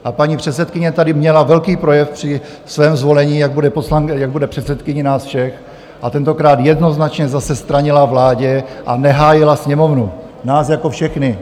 A paní předsedkyně tady měla velký projev při svém zvolení, jak bude předsedkyní nás všech, a tentokrát jednoznačně zase stranila vládě a nehájila Sněmovnu, nás jako všechny.